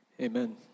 Amen